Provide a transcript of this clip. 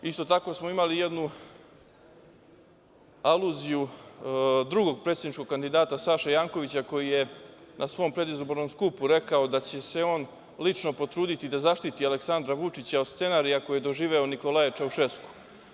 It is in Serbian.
Isto tako smo imali jednu aluziju drugog predsedničkog kandidata Saše Jankovića, koji je na svom predizbornom skupu rekao da će se on lično potruditi da zaštiti Aleksandra Vučića od scenarija koji je doživeo Nikolaje Čaušesku.